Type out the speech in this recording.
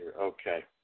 Okay